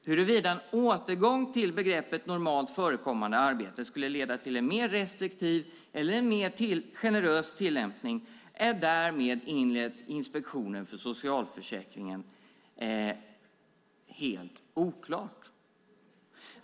Huruvida en återgång till begreppet normalt förekommande arbete skulle leda till en mer restriktiv eller en mer generös tillämpning är därmed enligt Inspektionen för socialförsäkringen helt oklart.